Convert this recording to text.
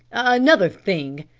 another thing,